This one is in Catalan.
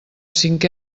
cinc